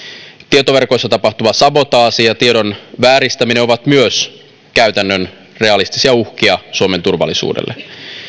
tietoverkoissa tapahtuva sabotaasi ja tiedon vääristäminen ovat myös käytännön realistisia uhkia suomen turvallisuudelle